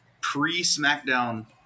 pre-Smackdown –